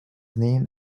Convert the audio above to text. named